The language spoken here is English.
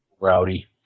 Rowdy